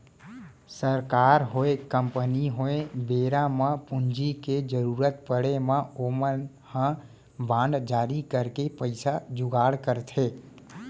सरकार होय, कंपनी होय बेरा म पूंजी के जरुरत पड़े म ओमन ह बांड जारी करके पइसा जुगाड़ करथे